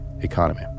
economy